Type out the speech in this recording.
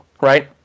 right